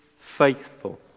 faithful